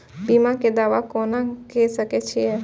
बीमा के दावा कोना के सके छिऐ?